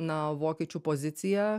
na vokiečių pozicija